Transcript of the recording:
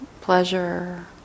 pleasure